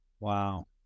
Wow